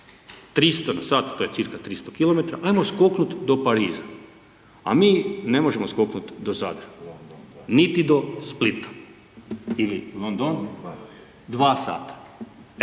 300 km/h, to je cca. 300 km, ajmo skoknut do Pariza, a mi ne možemo skoknut do Zadra. Niti to Splita, ili